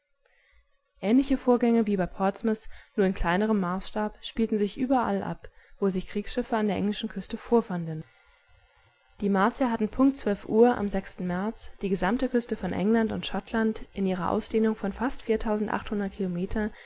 ähnliche vorgänge wie bei portsmouth nur in kleinerem maßstab spielten sich überall ab wo sich kriegsschiffe an der englischen küste vorfanden die martier hatten punkt zwölf uhr am märz die gesamte küste von england und schottland in ihrer ausdehnung von fast